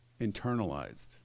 internalized